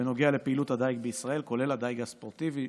בנוגע לפעילות הדיג בישראל, כולל הדיג הספורטיבי.